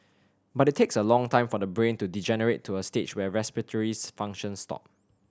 but it takes a long time for the brain to degenerate to a stage where respiratory functions stop